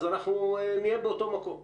אז אנחנו נהיה באותו מקום.